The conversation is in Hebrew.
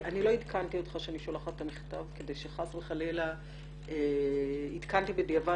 לא עדכנתי אותך שאני שולחת את המכתב כדי שחס וחלילה - עדכנתי בדיעבד